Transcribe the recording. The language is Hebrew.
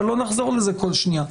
ולא נחזור לזה בכל שנייה.